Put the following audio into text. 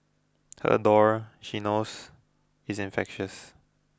her ardour she knows is infectious